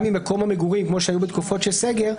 ממקום המגורים כמו שהיה בתקופות של סגר,